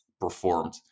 performed